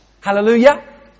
Hallelujah